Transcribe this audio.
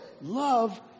love